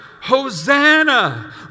Hosanna